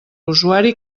usuari